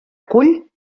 cull